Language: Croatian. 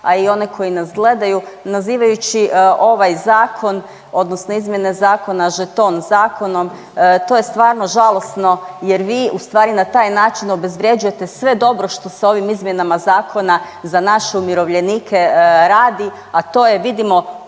a i one koji nas gledaju nazivajući ovaj zakon odnosno izmjene zakona žeton zakonom. To je stvarno žalosno jer vi u stvari na taj način obezvrjeđujete sve dobro što se ovim izmjenama zakona za naše umirovljenike radi, a to je vidimo